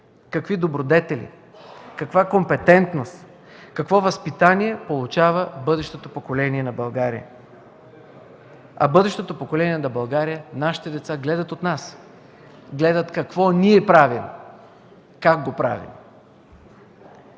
какви добродетели, каква компетентност, какво възпитание получава бъдещото поколение на България. А бъдещото поколение на България, нашите деца гледат от нас, гледат какво ние правим, как го правим.